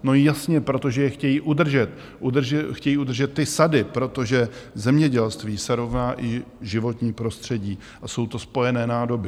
No jasně, protože je chtějí udržet, chtějí udržet ty sady, protože zemědělství se rovná i životní prostředí a jsou to spojené nádoby.